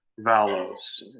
Valos